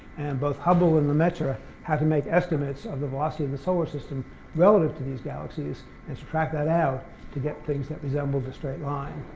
both hubble and lemaitre had to make estimates of the velocity of the solar system relative to these galaxies and subtract that out to get things that resemble a straight line.